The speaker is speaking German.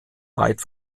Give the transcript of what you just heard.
weit